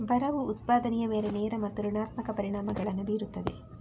ಬರವು ಉತ್ಪಾದನೆಯ ಮೇಲೆ ನೇರ ಮತ್ತು ಋಣಾತ್ಮಕ ಪರಿಣಾಮಗಳನ್ನು ಬೀರುತ್ತದೆ